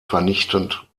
vernichtend